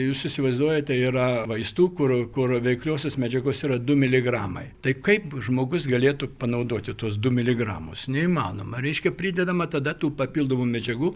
jūs įsivaizduojate yra vaistų kur kur veikliosios medžiagos yra du miligramai tai kaip žmogus galėtų panaudoti tuos du miligramus neįmanoma reiškia pridedama tada tų papildomų medžiagų